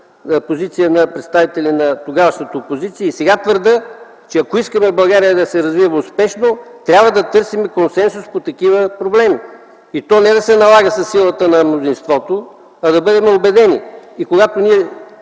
на тогавашната опозиция, и сега твърдя, че ако искаме България да се развива успешно, трябва да търсим консенсус по такива проблеми. И той да не се налага със силата на мнозинството, а да бъдем убедени. Когато се